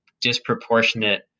disproportionate